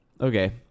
Okay